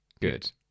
Good